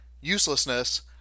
uselessness